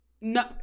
No